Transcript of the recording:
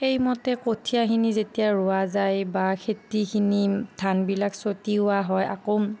সেই মতে কঠীয়াখিনি যেতিয়া ৰোৱা যায় বা খেতিখিনি ধানবিলাক ছতিওৱা হয় আকৌ